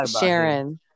Sharon